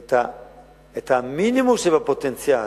את המינימום שבפוטנציאל,